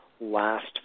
last